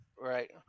right